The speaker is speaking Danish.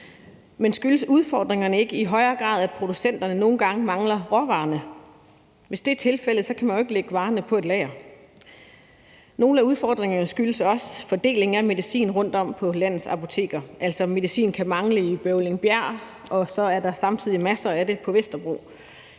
Men skyldes udfordringerne ikke i højere grad, at producenter nogle gange mangler råvarerne? Hvis det er tilfældet, kan man jo ikke lægge varerne på et lager. Nogle af udfordringerne skyldes også fordelingen af medicin rundtom på landets apoteker. Altså, medicin kan mangle i Bøvlingbjerg, og så er der samtidig masser af det på Vesterbro,